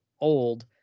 old